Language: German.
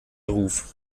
ruf